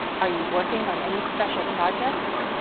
are you working on any special projects?